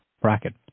bracket